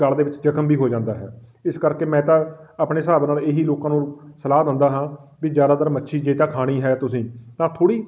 ਗਲ ਦੇ ਵਿੱਚ ਜਖ਼ਮ ਵੀ ਹੋ ਜਾਂਦਾ ਹੈ ਇਸ ਕਰਕੇ ਮੈਂ ਤਾਂ ਆਪਣੇ ਹਿਸਾਬ ਨਾਲ ਇਹ ਹੀ ਲੋਕਾਂ ਨੂੰ ਸਲਾਹ ਦਿੰਦਾ ਹਾਂ ਵੀ ਜ਼ਿਆਦਾਤਰ ਮੱਛੀ ਜੇ ਤਾਂ ਖਾਣੀ ਹੈ ਤੁਸੀਂ ਤਾਂ ਥੋੜ੍ਹੀ